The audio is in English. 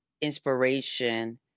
inspiration